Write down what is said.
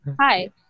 hi